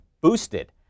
boosted